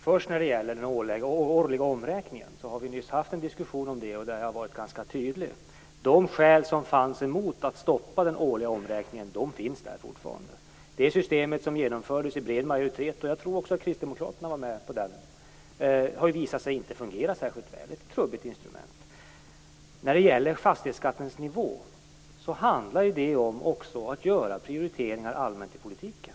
först gäller den årliga omräkningen har vi nyss haft en diskussion om det, och den har varit ganska tydlig. De skäl som fanns emot att stoppa den årliga omräkningen finns fortfarande. Detta system, som genomfördes i bred majoritet - jag tror att också kristdemokraterna var med på det - har visat sig inte fungera särskilt väl. Det är ett trubbigt instrument. Fastighetsskattens nivå handlar också om att allmänt göra prioriteringar i politiken.